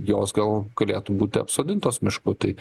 jos gal galėtų būti apsodintos mišku tai